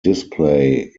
display